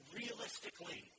realistically